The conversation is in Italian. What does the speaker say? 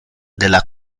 della